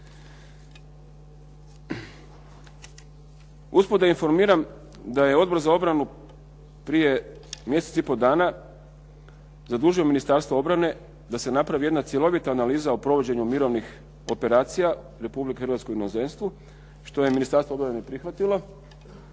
Usput da informiram da je Odbor za obranu prije mjesec i pol dana zadužio Ministarstvo obrane da se napravi jedna cjelovita analiza o provođenju mirovnih operacija Republike Hrvatske u inozemstvu što je Ministarstvo obrane prihvatilo.